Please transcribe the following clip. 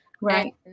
right